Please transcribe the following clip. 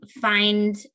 find